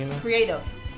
creative